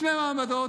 שני מעמדות.